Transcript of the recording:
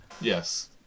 Yes